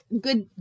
good